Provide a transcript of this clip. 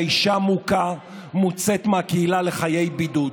אישה מוכה מוצאת מהקהילה לחיי בידוד.